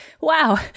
Wow